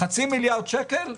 חצי מיליארד שקל?